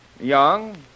Young